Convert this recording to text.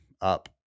up